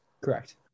Correct